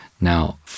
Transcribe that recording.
Now